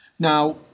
Now